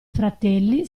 fratelli